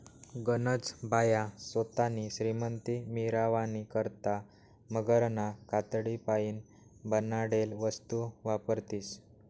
गनज बाया सोतानी श्रीमंती मिरावानी करता मगरना कातडीपाईन बनाडेल वस्तू वापरतीस